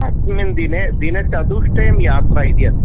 अस्मिन् दिने दिनचतुष्टयं यात्रा इति अस्ति